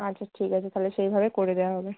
আচ্ছা ঠিক আছে তাহলে সেইভাবে করে দেওয়া হবে